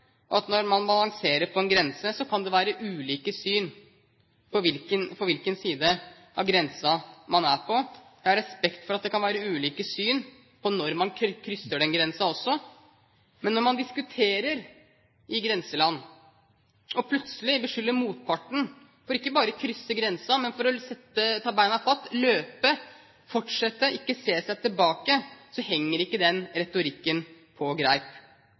for at når man balanserer på en grense, kan det være ulike syn på hvilken side av grensen man er. Jeg har respekt for at det også kan være ulike syn på når man krysser den grensen. Men når man diskuterer i grenseland og plutselig beskylder motparten for ikke bare å krysse grensen, men for å ta beina fatt, løpe, fortsette og ikke se seg tilbake, henger ikke den retorikken på greip.